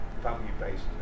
value-based